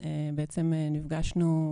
בעצם נפגשנו,